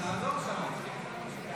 ההסתייגות לא התקבלה.